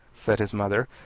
said his mother,